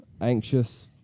anxious